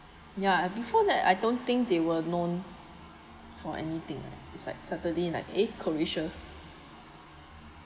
ya before that I don't think they were known for anything besides suddenly like eh croatia